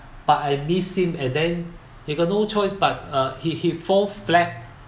but I miss him and then you got no choice but uh he he fall flat